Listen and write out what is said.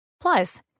Plus